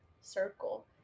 circle